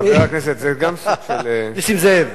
חבר הכנסת זאב, גם סוג של, נסים זאב,